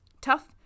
tough